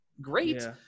great